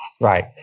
Right